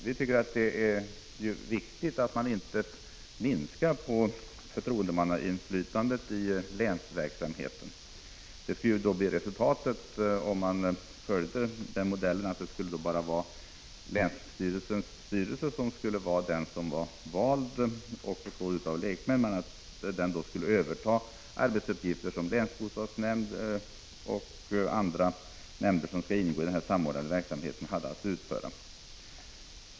Vi tycker att det är viktigt att man inte minskar förtroendemannainflytandet i länsverksamheten, vilket ju skulle bli resultatet om man följde den modellen att bara länsstyrelsens styrelse skulle vara vald och bestå av lekmän och att den skulle överta arbetsuppgifter som länsbostadsnämnden och andra nämnder, vilka skall ingå i den samordnade verksamheten, har att utföra.